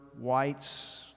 whites